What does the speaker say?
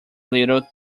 little